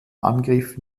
angriff